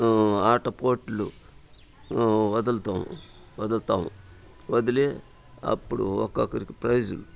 ఆట పోటీలు వదులుతాం వదులుతాం వదిలి అప్పుడు ఒక్కొక్కరికి ప్రైజులు